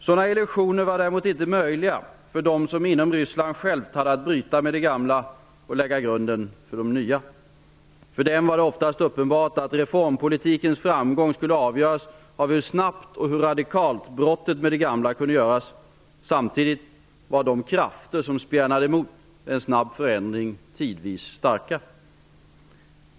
Sådana illusioner var inte möjliga för dem som inom Ryssland självt hade att bryta med det gamla och lägga grunden för det nya. För dem var det oftast uppenbart att reformpolitikens framgång skulle avgöras av hur snabbt och radikalt brottet med det gamla kunde göras. Samtidigt var de krafter som spjärnade emot en snabb förändring tidvis starka.